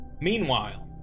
Meanwhile